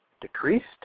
decreased